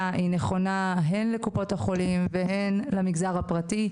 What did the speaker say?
היא נכונה הן לקופות החולים והן למגזר הפרטי,